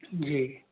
जी